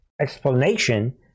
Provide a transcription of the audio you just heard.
explanation